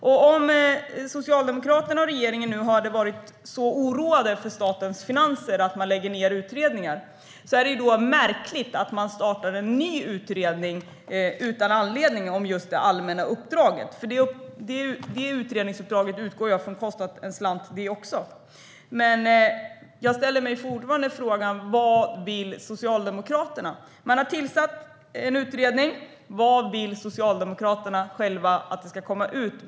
Om Socialdemokraterna och regeringen nu är så oroade för statens finanser att man lägger ned utredningar är det märkligt att man utan anledning startar en ny utredning om det allmänna uppdraget. Även det utredningsuppdraget utgår jag från har kostat en slant. Jag ställer mig fortfarande frågan: Vad vill Socialdemokraterna? Man har tillsatt en utredning. Vad vill Socialdemokraterna själva ska komma av den?